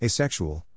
Asexual